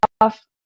off